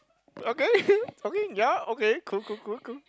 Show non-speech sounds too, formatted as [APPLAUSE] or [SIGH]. okay [LAUGHS] okay ya okay cool cool cool cool